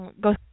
Go